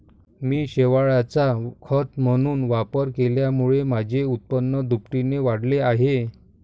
मी शेवाळाचा खत म्हणून वापर केल्यामुळे माझे उत्पन्न दुपटीने वाढले आहे